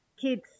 kids